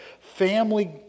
family